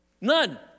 None